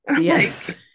yes